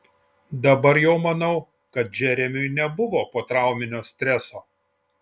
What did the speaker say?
dabar jau manau kad džeremiui nebuvo potrauminio streso